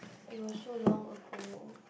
it was so long ago